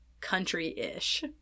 country-ish